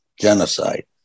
Genocide